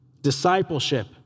Discipleship